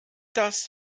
das